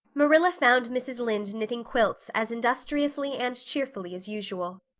marilla found mrs. lynde knitting quilts as industriously and cheerfully as usual.